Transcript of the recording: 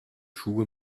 schuhe